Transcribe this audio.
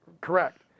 Correct